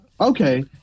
Okay